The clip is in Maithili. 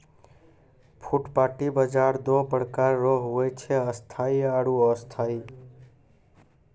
फुटपाटी बाजार दो प्रकार रो हुवै छै स्थायी आरु अस्थायी